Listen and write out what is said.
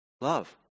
love